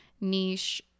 niche